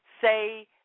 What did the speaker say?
say